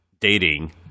dating